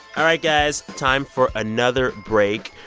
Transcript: all right, guys, time for another break.